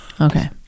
Okay